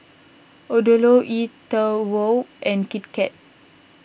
Odlo E twow and Kit Kat